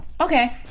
Okay